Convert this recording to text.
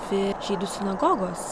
dvi žydų sinagogos